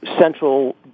central